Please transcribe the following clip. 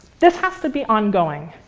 this has to be ongoing.